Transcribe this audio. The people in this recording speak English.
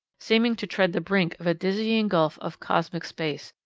seeming to tread the brink of a dizzying gulf of cosmic space,